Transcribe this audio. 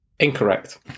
Incorrect